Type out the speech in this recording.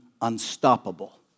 unstoppable